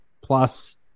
plus